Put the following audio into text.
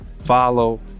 follow